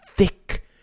thick